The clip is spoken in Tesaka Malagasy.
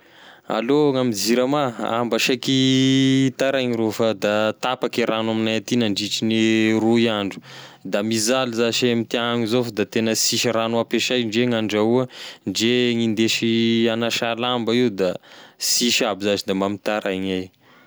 Allô gname zirama ah mba saiky hitaraigna rô fa da tapaky e ragno amignay nandritrine roy andro da mizaly zash amign'tiagny zao fa da tegna sisy ragno ampiasay nge gn'andrahoy ndre gn'indesy hagnasa lamba io da sisy aby zash da mitaraigny iahy.